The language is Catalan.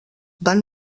van